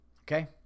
Okay